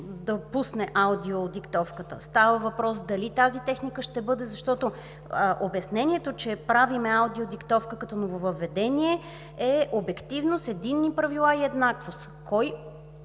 да пусне аудиодиктовката. Става въпрос дали тази техника ще бъде… Обяснението, че правим аудиодиктовка като нововъведение, е обективност, единни правила и еднаквост. Кой